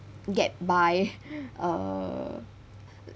get by err